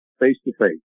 face-to-face